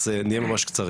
אז נהיה ממש קצרים.